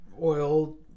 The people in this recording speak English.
oil